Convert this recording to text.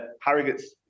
Harrogate's